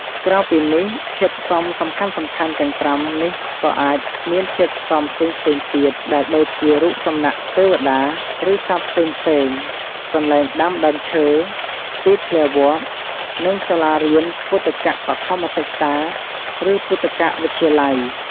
ក្រៅពីនេះ ធាតុផ្សំសំខាន់ៗទាំង៥នេះក៏អាចមានធាតុផ្សំផ្សេងៗទៀតដែលដូចជា រូបសំណាកទេវតា ឬសត្វផ្សេងៗ កន្លែងដាំដើមឈើ ទីធ្លាវត្ត និងសាលារៀនពុទ្ធិកបឋមសិក្សា ឬពុទ្ធិកវិទ្យាល័យ។